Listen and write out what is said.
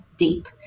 deep